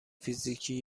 فیزیکی